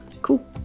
cool